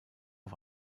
auf